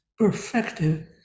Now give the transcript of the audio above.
perfective